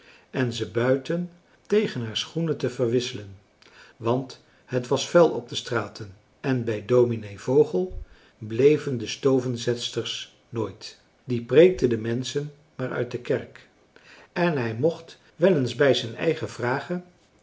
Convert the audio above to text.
en ze buiten tegen haar schoenen te verwisselen want het was vuil op de françois haverschmidt familie en kennissen straten en bij dominee vogel bleven de stovenzetsters nooit die preekte de menschen maar uit de kerk en hij mocht wel eens bij zijn eigen vragen